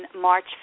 March